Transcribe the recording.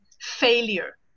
failure